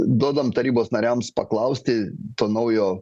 duodam tarybos nariams paklausti to naujo